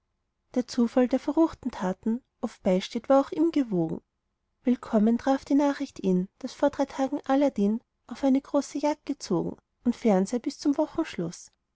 der zufall der verruchten taten oft beisteht war auch ihm gewogen willkommen traf die nachricht ihn daß vor drei tagen aladdin auf eine große jagd gezogen und fern sei bis zum wochenschluß